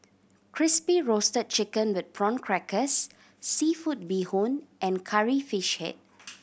Crispy Roasted Chicken with Prawn Crackers seafood bee hoon and Curry Fish Head